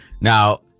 Now